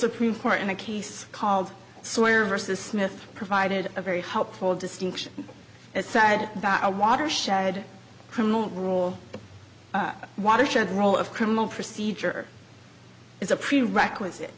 supreme court in a case called sawyer versus smith provided a very helpful distinction as said about a watershed criminal rule watershed the role of criminal procedure is a prerequisite